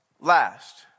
last